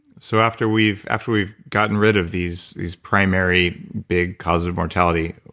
so after we've after we've gotten rid of these these primary big causes of mortality,